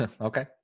Okay